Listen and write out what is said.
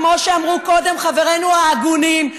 כמו שאמרו קודם חברינו ההגונים,